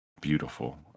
beautiful